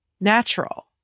natural